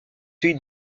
celui